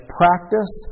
practice